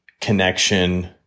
connection